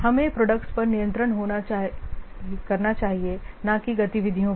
हमें प्रोडक्ट पर नियंत्रण करना चाहिए न कि गतिविधियों पर